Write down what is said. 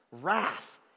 wrath